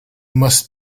must